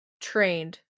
trained